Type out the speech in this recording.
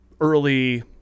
early